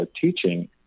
teaching